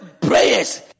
prayers